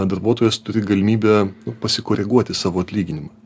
darbuotojas turi galimybę pasikoreguoti savo atlyginimą